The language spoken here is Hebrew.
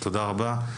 תודה רבה.